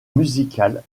musicale